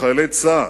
חיילי צה"ל,